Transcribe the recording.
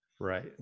Right